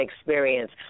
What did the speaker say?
experience